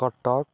Cuttack